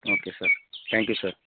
okay sir thank you sir